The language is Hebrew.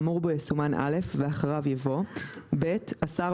האמור בו יסומן "(א)" ואחריו יבוא: "(ב) השר,